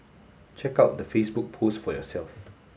check out the Facebook post for yourself